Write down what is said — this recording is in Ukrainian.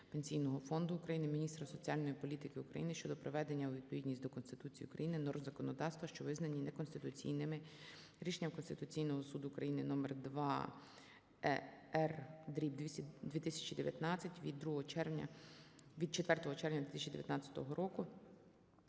Пенсійного фонду України, Міністра соціальної політики України щодо приведення у відповідність до Конституції України норм законодавства, що визнані неконституційними Рішенням Конституційного Суду України №2-р/2019 від 4 червня 2019 року